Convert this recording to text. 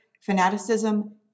fanaticism